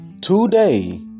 today